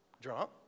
drunk